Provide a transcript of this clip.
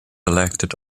elected